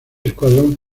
escuadrón